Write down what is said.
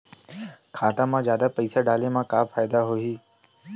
खाता मा जादा पईसा डाले मा का फ़ायदा होही?